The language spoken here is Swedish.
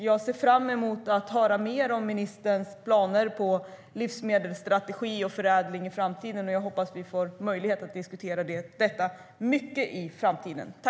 Jag ser fram emot att höra mer om ministerns planer på livsmedelsstrategi och förädling i framtiden, och jag hoppas att vi får möjlighet att diskutera detta mycket i framtiden.